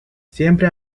siempre